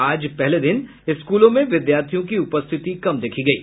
आज पहले दिन स्कूलों में विद्यार्थियों की उपस्थिति कम देखी गयी